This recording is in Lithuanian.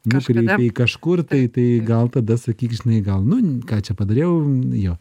nukreipei kažkur tai tai gal tada sakyk žinai gal nu ką čia padariau jo